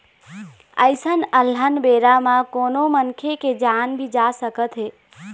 अइसन अलहन बेरा म कोनो मनखे के जान भी जा सकत हे